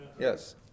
Yes